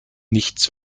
nichts